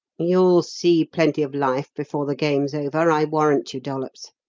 you'll see plenty of life before the game's over, i warrant you, dollops.